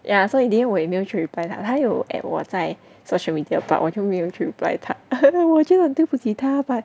ya so in the end 我也没有去 reply 他他有 add 我在 social media but 我就没有去 reply 他 我觉得对不起他 but